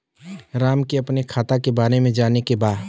राम के अपने खाता के बारे मे जाने के बा?